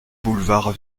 boulevard